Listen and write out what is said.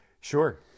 Sure